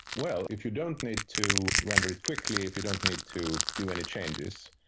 well, if you don't need to render it quickly, if you don't need to do any changes,